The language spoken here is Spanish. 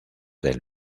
del